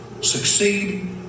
Succeed